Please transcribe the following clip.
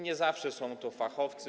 Nie zawsze są to fachowcy.